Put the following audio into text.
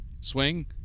Swing